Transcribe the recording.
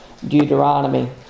Deuteronomy